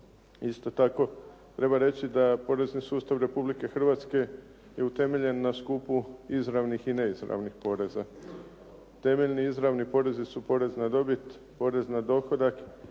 Isto tako treba reći da je porezni sustav Republike Hrvatske je utemeljen na skupu izravnih i neizravnih poreza. Temeljni izravni porezi su porezi na dobit, porez na dohodak